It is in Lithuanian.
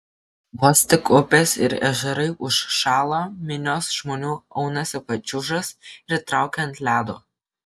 vos tik upės ir ežerai užšąla minios žmonių aunasi pačiūžas ir traukia ant ledo